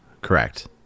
Correct